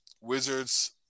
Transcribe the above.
Wizards